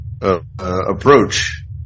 approach